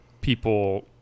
people